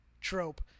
trope